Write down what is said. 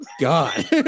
God